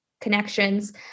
connections